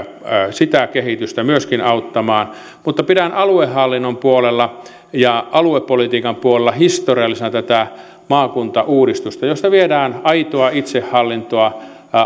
sitä kehitystä myöskin auttamaan mutta pidän aluehallinnon puolella ja aluepolitiikan puolella historiallisena tätä maakuntauudistusta jossa viedään aitoa itsehallintoa